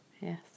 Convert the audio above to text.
Yes